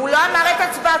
הוא לא אמר את הצבעתו.